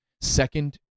second